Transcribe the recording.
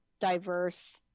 diverse